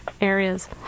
areas